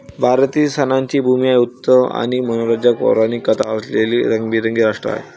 भारत ही सणांची भूमी आहे, उत्सव आणि मनोरंजक पौराणिक कथा असलेले रंगीबेरंगी राष्ट्र आहे